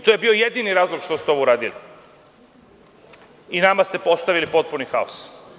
To je bio jedini razlog što ste ovo uradili i nama ste postavili potpuni haos.